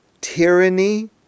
tyranny